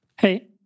Hey